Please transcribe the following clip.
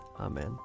Amen